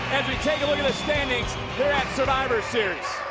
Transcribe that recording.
as we take a look at the standings here at survivor series.